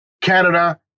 Canada